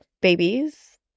babies